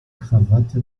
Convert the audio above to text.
krawatte